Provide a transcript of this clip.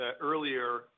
earlier